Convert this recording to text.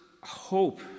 hope